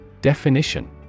Definition